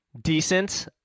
decent